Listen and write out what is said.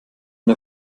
der